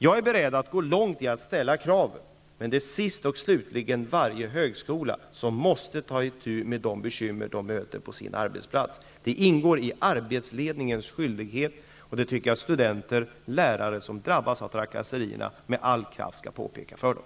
Jag är beredd att gå långt i att ställa kraven, men det är sist och slutligen varje högskola som måste ta itu med de bekymmer de möter på sin arbetsplats. Det ingår i arbetsledningens skyldighet. Jag tycker att studenter och lärare som drabbas av trakasserier med all kraft skall påpeka det för dem.